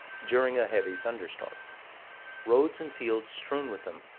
during a heavy thunderstorm roads and fields strewn with them,